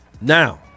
Now